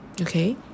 Okay